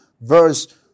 verse